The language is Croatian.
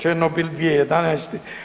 Černobil, 2011.